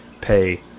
pay